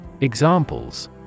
Examples